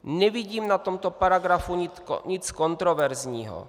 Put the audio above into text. Nevidím na tomto paragrafu nic kontroverzního.